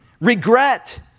regret